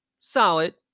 Solid